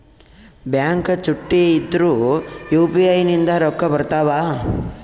Bank ಚುಟ್ಟಿ ಇದ್ರೂ UPI ನಿಂದ ರೊಕ್ಕ ಬರ್ತಾವಾ?